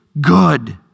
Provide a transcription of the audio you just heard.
good